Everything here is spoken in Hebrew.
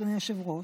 אדוני היושב-ראש,